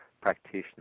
practitioner